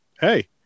Hey